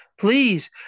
please